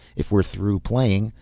if we're through playing,